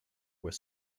with